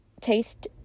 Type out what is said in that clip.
taste